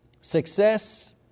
Success